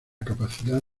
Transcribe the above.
capacidad